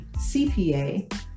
CPA